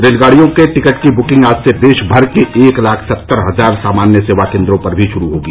रेलगाड़ियों के टिकट की बुकिंग आज से देश भर के एक लाख सत्तर हजार सामान्य सेवा केन्द्रों पर भी शुरू होगी